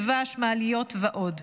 דבש ומעליות.